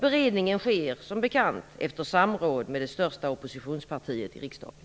Beredningen sker, som bekant, efter samråd med det största oppositionspartiet i riksdagen.